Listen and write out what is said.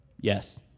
Yes